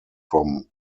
from